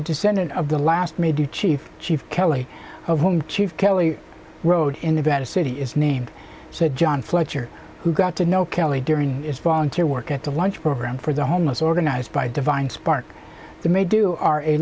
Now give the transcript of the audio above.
a descendent of the last may do chief chief kelly of whom kelly rode in nevada city is named said john fletcher who got to know kelly during his volunteer work at a lunch program for the homeless organized by divine spark the may do are a